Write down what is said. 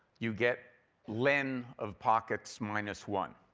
you get len of pockets minus one.